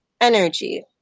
energy